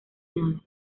nada